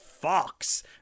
Fox